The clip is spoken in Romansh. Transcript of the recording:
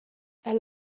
els